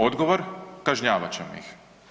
Odgovor, kažnjavat ćemo ih.